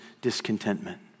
discontentment